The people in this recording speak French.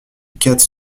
quatre